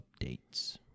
updates